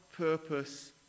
purpose